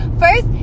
first